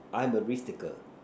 I'm a risk taker